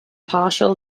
partial